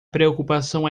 preocupação